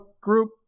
group